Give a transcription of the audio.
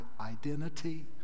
identity